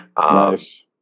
Nice